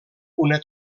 una